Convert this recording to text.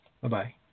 Bye-bye